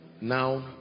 Now